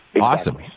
Awesome